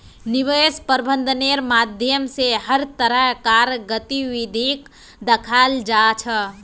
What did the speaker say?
निवेश प्रबन्धनेर माध्यम स हर तरह कार गतिविधिक दखाल जा छ